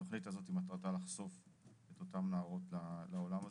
התוכנית הזאתי מטרתה לחשוף את אותן הנערות לעולם הזה,